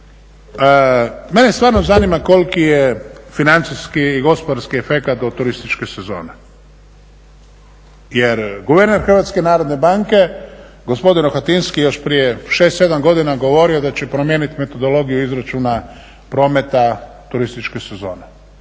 Mene stvarno zanima koliki je financijski i gospodarski efekt od turističke sezone. Jer guverner HNB-a gospodin Rohatinski još prije 6, 7 godina je govorio da će promijeniti metodologiju izračuna prometa turističke sezone.